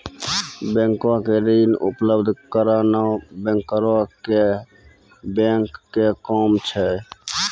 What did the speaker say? बैंको के ऋण उपलब्ध कराना बैंकरो के बैंक के काम छै